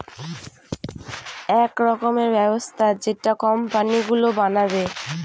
এক রকমের ব্যবস্থা যেটা কোম্পানি গুলো বানাবে